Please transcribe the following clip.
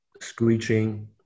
screeching